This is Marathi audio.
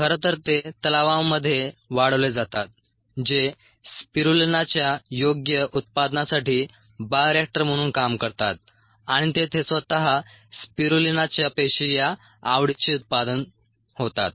खरं तर ते तलावांमध्ये वाढवले जातात जे स्पिरुलिनाच्या योग्य उत्पादनासाठी बायोरिएक्टर म्हणून काम करतात आणि तेथे स्वतः स्पिरुलिनाच्या पेशी या आवडीचे उत्पादन होतात